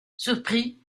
surpris